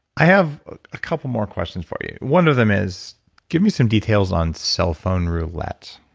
i have a couple more questions for you. one of them is give me some details on cellphone roulette